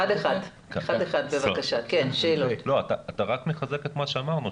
רק מחזק את מה שאמרנו,